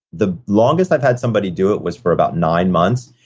the longest i've had somebody do it was for about nine months,